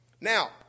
Now